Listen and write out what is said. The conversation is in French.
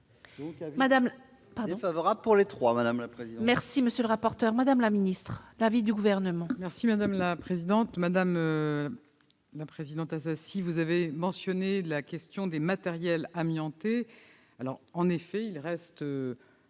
Madame Assassi, vous avez mentionné la question des matériels amiantés.